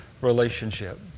relationship